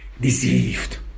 deceived